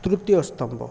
ତୃତୀୟ ସ୍ତମ୍ବ